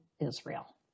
Israel